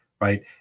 Right